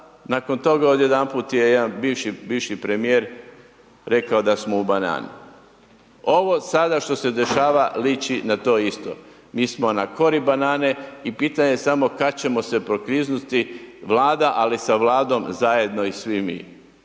nakon toga od jedanput je jedan bivši, bivši premijer rekao Ovo sada što se dešava liči na to isto, mi smo na kori banane i pitanje je samo kad ćemo se prokliznuti, Vlada, ali sa Vladom zajedno i svi mi.